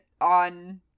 on